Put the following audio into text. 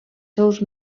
seus